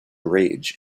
rage